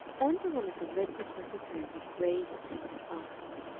ann veronica read this letter through with grave, attentive eyes.